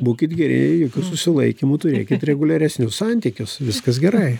būkit geri jokių susilaikymų turėkit reguliaresnius santykius viskas gerai